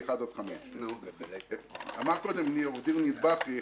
מ-1 עד 5. אמר קודם עו"ד ניר בכרי,